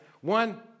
One